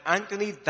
Anthony